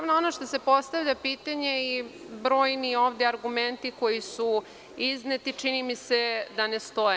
Ono što se postavlja pitanje i brojni ovde argumenti koji su izneti, čini mi se da ne stoje.